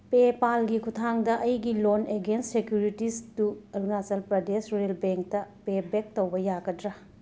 ꯄꯦꯄꯥꯜꯒꯤ ꯈꯨꯠꯊꯥꯡꯗ ꯑꯩꯒꯤ loan against ꯁꯦꯀ꯭ꯌꯨꯔꯤꯇꯤꯁꯇꯨ ꯑꯔꯨꯅꯥꯆꯜ ꯄ꯭ꯔꯗꯦꯁ ꯔꯨꯔꯦꯜ ꯕꯦꯡꯇ ꯄꯦꯕꯦꯛ ꯇꯧꯕ ꯌꯥꯒꯗ꯭ꯔꯥ